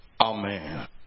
Amen